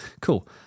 Cool